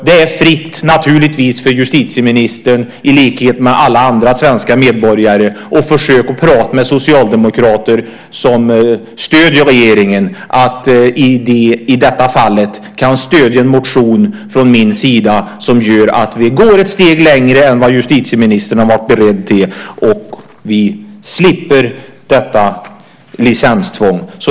Det är naturligtvis fritt för justitieministern, i likhet med alla andra svenska medborgare, att försöka prata med de socialdemokrater som stöder regeringen om att i detta fall stödja en motion från mig som gör att vi går ett steg längre än vad justitieministern har varit beredd att göra. Då skulle vi slippa detta licenstvång.